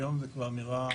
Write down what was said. היום כבר נראה